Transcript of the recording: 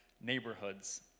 neighborhoods